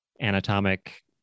anatomic